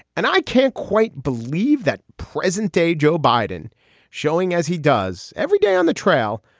and i can't quite believe that present day joe biden showing as he does every day on the trail.